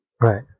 right